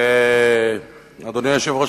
אדוני היושב-ראש,